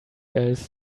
else